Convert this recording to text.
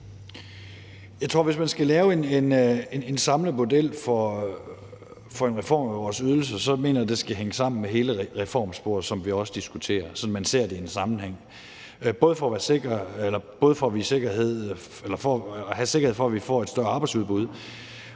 Poulsen (V): Hvis man skal lave en samlet model for en reform af vores ydelser, mener jeg, at det skal hænge sammen med hele reformsporet, som vi også diskuterer, så man ser det i en sammenhæng – både for at have sikkerhed for, at vi får et større arbejdsudbud,